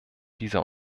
dieser